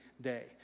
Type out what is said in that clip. day